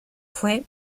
fue